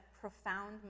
profound